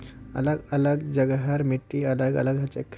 अलग अलग जगहर मिट्टी अलग अलग हछेक